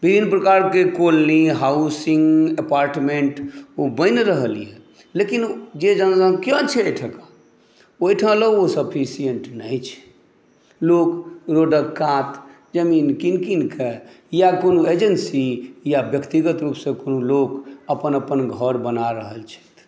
विभिन्न प्रकारके colony housing apartment ओ बनि रहल यऽ लेकिन जे जनसंख्या छै एहि ठुनका ओहि ठाँ लेल ओ सफिशियन्ट नहि छै लोक रोडक कात जमीन कीन कीनके या कोनो एजेन्सी या व्यक्तिगत रूपसँ कोनो लोक अपन अपन घर बना रहल छथि